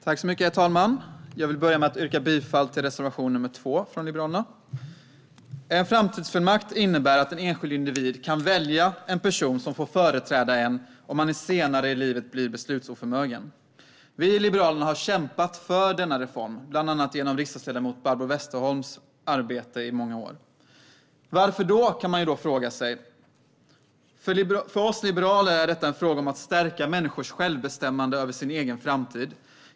Herr talman! Jag vill börja med att yrka bifall till reservation nr 2 från Liberalerna. En framtidsfullmakt innebär att en enskild individ kan välja en person som får företräda en om man senare i livet blir beslutsoförmögen. Vi i Liberalerna har kämpat för denna reform, bland annat genom riksdagsledamoten Barbro Westerholms arbete, i många år. Varför då, kan man fråga sig? För oss liberaler är detta en fråga om att stärka människors självbestämmande över sin egen framtid.